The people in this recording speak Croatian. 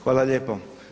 Hvala lijepo.